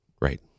Right